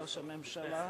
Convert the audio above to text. ראש הממשלה,